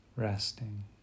resting